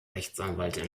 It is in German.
rechtsanwalt